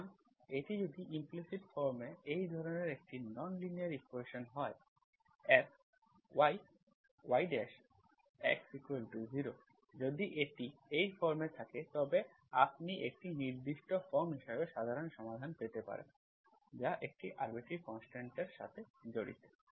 সুতরাং এটি যদি ইমপ্লিসিট ফর্মে এই ধরনের একটি নন লিনিয়ার ইকুয়েশন্স হয়Fyyx0 যদি এটি এই ফর্মে থাকে তবে আপনি একটি নির্দিষ্ট ফর্ম হিসাবে সাধারণ সমাধান পেতে পারেন যা একটি আরবিট্রারি কনস্ট্যান্ট এর সাথে জড়িত